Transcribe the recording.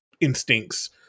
instincts